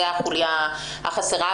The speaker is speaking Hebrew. הם החוליה החסרה.